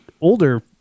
older